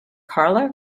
carla